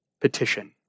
petition